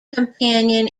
companion